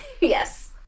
Yes